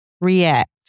react